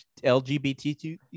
lgbtq